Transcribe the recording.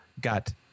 got